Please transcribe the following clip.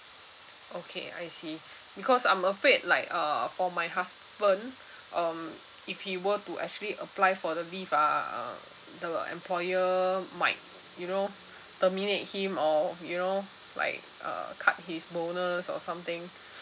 okay I see because I'm afraid like uh for my husband um if he were to actually apply for the leave ah uh the employer might you know terminate him or you know like uh cut his bonus or something